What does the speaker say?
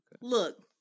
Look